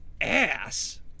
ass